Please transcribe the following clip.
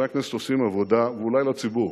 ואולי לציבור.